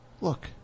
Look